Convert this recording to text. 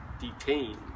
detained